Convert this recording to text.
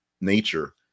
nature